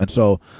and so,